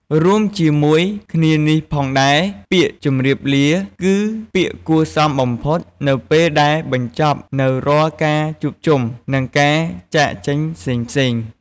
រួមជាមួយគ្នានេះផងដែរ ពាក្យជម្រាបលា គឺពាក្យគួរសមបំផុតនៅពេលដែលបញ្ចប់នូវរាល់ការជួបជុំ និងការចាកចេញផ្សេងៗ។